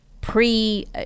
pre